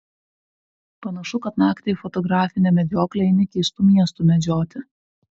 panašu kad naktį į fotografinę medžioklę eini keistų miestų medžioti